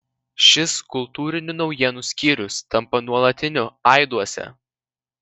šis kultūrinių naujienų skyrius tampa nuolatiniu aiduose